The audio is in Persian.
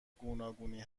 گوناگونی